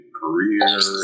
career